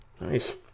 Nice